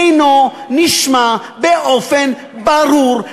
אינו נשמע באופן ברור,